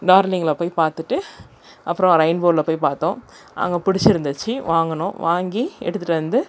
டார்லிங்கில் போய் பார்த்துட்டு அப்புறம் ரெயின்போவில் போய் பார்த்தோம் அங்கே பிடிச்சிருந்துச்சி வாங்கினோம் வாங்கி எடுத்துகிட்டு வந்து